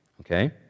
Okay